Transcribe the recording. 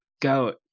Goat